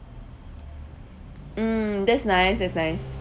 mm that's nice that's nice